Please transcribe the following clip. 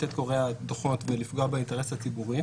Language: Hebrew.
את קוראי הדוחות ולפגוע באינטרס הציבורי,